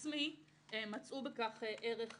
מצאו בכך ערך רב.